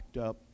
up